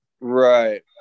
right